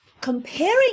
comparing